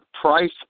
price